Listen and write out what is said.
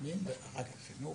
ואחר כך חינוך.